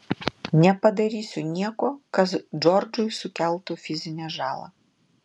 nepadarysiu nieko kas džordžui sukeltų fizinę žalą